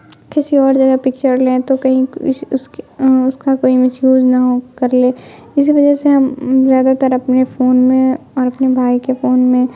کسی اور جگہ پکچر لیں تو کہیں اس اس کی اس کا کوئی مسیوز نہ ہو کر لے اسی وجہ سے ہم زیادہ تر اپنے فون میں اور اپنے بھائی کے فون میں